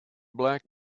black